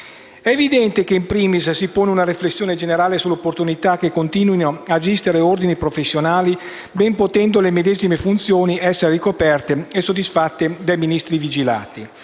È evidente che *in primis* si pone una riflessione generale sull'opportunità che continuino ad esistere ordini professionali, ben potendo le medesime funzioni essere ricoperte e soddisfatte dai Ministeri vigilanti.